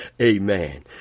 Amen